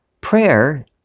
Prayer